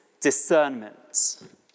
discernment